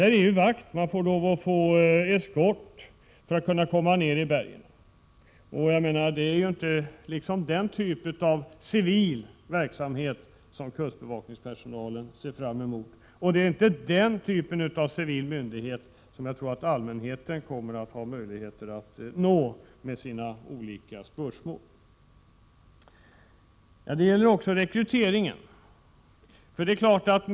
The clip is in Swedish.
Där finns vakt, och man måste ha eskort för att komma ned i berget. Det är inte den typen av civil verksamhet som kustbevakningspersonalen ser fram emot! Och det är inte den typen av civil myndighet som jag tror att allmänheten kommer att ha möjligheter att nå med sina olika spörsmål. Problemen gäller också rekryteringen.